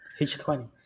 H20